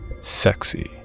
Sexy